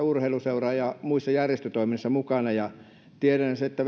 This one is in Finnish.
urheiluseura ja muussa järjestötoiminnassa mukana ja tiedän sen että